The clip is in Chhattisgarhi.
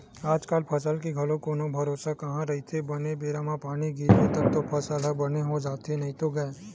आजकल फसल के घलो कोनो भरोसा कहाँ रहिथे बने बेरा म पानी गिरगे तब तो फसल ह बने हो जाथे नइते गय